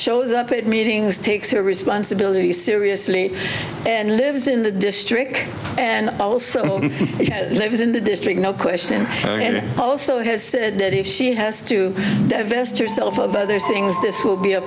shows up at meetings takes her responsibilities seriously and lives in the district and also lives in the district no question also has said that if she has to divest yourself of other things this will be a